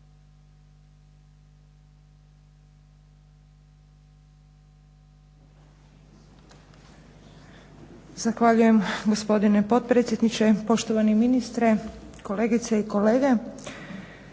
Zahvaljujem, gospodine potpredsjedniče. Poštovani ministre, kolegice i kolege.